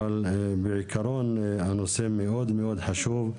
אבל בעיקרון הנושא מאוד מאוד חשוב,